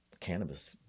cannabis